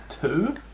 Two